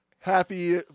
Happy